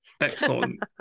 Excellent